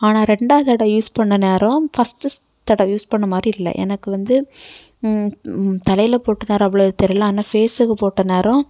ஆனால் ரெண்டாவது தடவை யூஸ் பண்ண நேரம் ஃபர்ஸ்ட்டு யூஸ் பண்ண மாதிரி இல்லை எனக்கு வந்து தலையில் போட்ட நேரம் அவ்ளோ தெரியலை ஆனால் ஃபேஸுக்கு போட்ட நேரம்